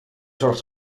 zorgt